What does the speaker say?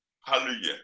hallelujah